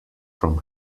from